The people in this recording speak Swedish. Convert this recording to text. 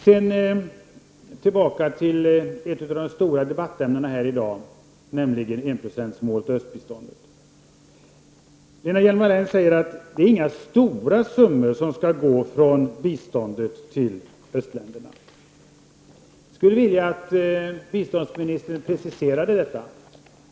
Jag skall också ta upp ett av de stora debattämnena här i dag, nämligen enprocentsmålet och östbiståndet. Lena Hjelm-Wallén säger att det inte rör sig om några stora summor som skall gå från biståndet till östländerna. Jag skulle vilja att biståndsministern preciserade detta.